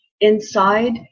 inside